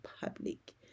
public